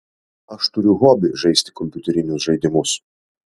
aš turiu hobį žaisti kompiuterinius žaidimus